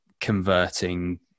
converting